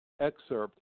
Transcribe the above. excerpt